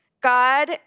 God